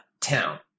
town